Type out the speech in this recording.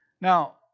Now